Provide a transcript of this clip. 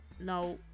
Now